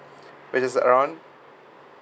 which is around